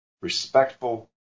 respectful